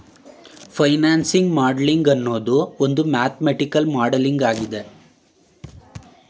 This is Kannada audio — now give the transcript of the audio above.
ಫೈನಾನ್ಸಿಂಗ್ ಮಾಡಲಿಂಗ್ ಅನ್ನೋದು ಒಂದು ಮ್ಯಾಥಮೆಟಿಕಲ್ ಮಾಡಲಾಗಿದೆ